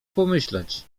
pomyśleć